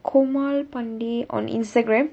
komal pandey on Instagram